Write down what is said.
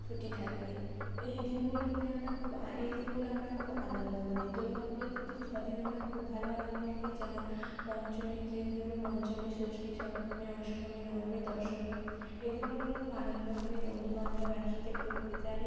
ছুটি থাকে এই দিনগুলোতে আমরা খুব আয় এই দিনগুলো আমরা খুব আনন্দ করি দুর্গা পুজোতে তো ছদিন আমরা খুব ভালো আনন্দ করি যেমন পঞ্চমী যে দিনগুলো পঞ্চমী ষষ্ঠী সপ্তমী অষ্ঠমী নবমী দশমী এ দিনগুলো আমরা খুব আনন্দ করি বন্ধু বান্ধব একসাথে ঘুরতে যাই